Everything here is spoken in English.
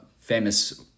famous